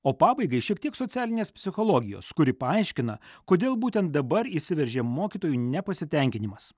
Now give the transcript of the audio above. o pabaigai šiek tiek socialinės psichologijos kuri paaiškina kodėl būtent dabar įsiveržė mokytojų nepasitenkinimas